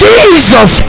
Jesus